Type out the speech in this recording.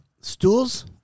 stools